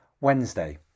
Wednesday